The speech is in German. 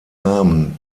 namen